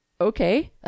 okay